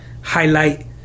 highlight